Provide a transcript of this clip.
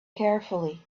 carefully